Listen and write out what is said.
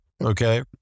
Okay